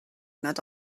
nad